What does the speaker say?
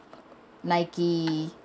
nike